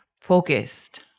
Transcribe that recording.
focused